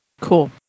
Cool